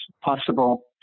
possible